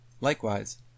Likewise